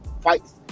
fights